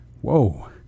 Whoa